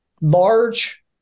large